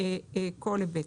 כל היבט.